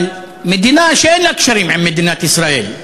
אבל מדינה שאין לה קשרים עם מדינת ישראל,